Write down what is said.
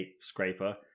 scraper